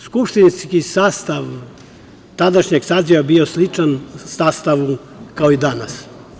Skupštinski sastav tadašnjeg saziva je bio sličan sastavu kao i danas.